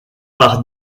par